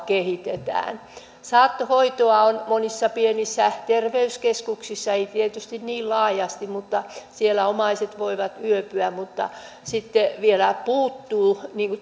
kehitetään saattohoitoa on monissa pienissä terveyskeskuksissa ei tietysti niin laajasti mutta siellä omaiset voivat yöpyä sitten vielä puuttuu